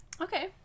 okay